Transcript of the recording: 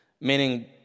meaning